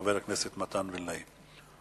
חבר הכנסת מתן וילנאי.